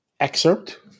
Excerpt